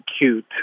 cute